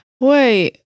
Wait